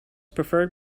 preferred